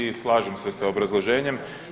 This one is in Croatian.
I slažem se sa obrazloženjem.